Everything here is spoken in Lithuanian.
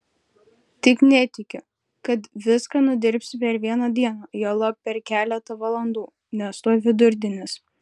tik netikiu kad viską nudirbsi per vieną dieną juolab per keletą valandų nes tuoj vidurdienis